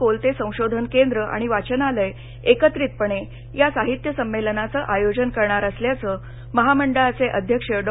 कोलते संशोधन केंद्र आणि वाचनालय एकत्रितपणे या साहित्य संमेलनाचं आयोजन करणार असल्याचं महामंडळाचे अध्यक्ष डॉ